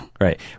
Right